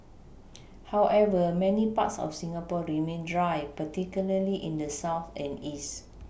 however many parts of Singapore remain dry particularly in the south and east